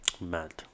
Mad